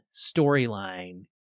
storyline